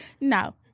no